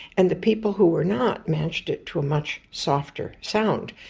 and the people who were not matched it to a much softer sound.